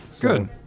Good